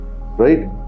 Right